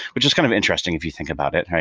which is kind of interesting if you think about it.